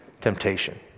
temptation